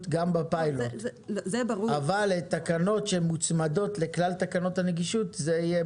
גם בפיילוט אבל התקנות שמוצמדות לכלל תקנות הנגישות זה יהיה